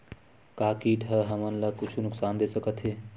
का कीट ह हमन ला कुछु नुकसान दे सकत हे?